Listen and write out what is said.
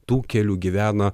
tų kelių gyvena